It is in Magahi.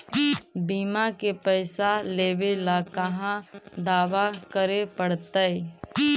बिमा के पैसा लेबे ल कहा दावा करे पड़तै?